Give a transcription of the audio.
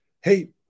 Hey